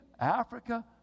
Africa